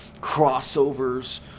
crossovers